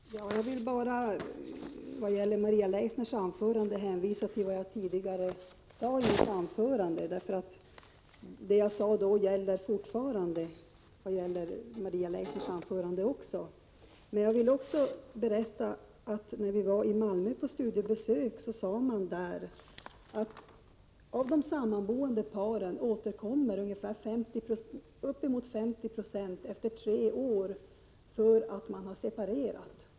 Fru talman! Som en kommentar till Maria Leissners anförande vill jag bara hänvisa till vad jag sade tidigare. Men jag vill också berätta att man vid vårt studiebesök i Malmö sade att ungefär 50 96 av de sammanboende paren återkom efter tre år därför att de separerat.